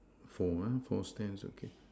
four ah four stands okay